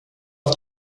auf